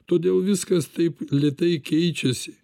todėl viskas taip lėtai keičiasi